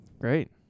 Great